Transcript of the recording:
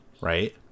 right